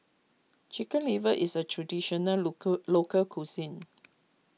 Chicken Liver is a traditional local local cuisine